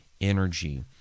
energy